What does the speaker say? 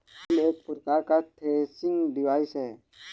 flail एक प्रकार का थ्रेसिंग डिवाइस है